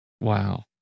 Wow